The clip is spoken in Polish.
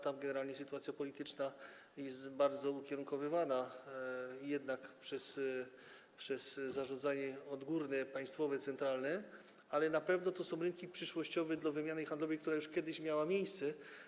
Tam generalnie sytuacja polityczna jest bardzo ukierunkowywana jednak przez zarządzanie odgórne, państwowe, centralne, ale na pewno to są rynki przyszłościowe dla wymiany handlowej, która już kiedyś miała miejsce.